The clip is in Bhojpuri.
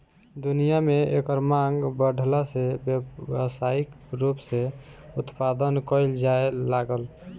दुनिया में एकर मांग बाढ़ला से व्यावसायिक रूप से उत्पदान कईल जाए लागल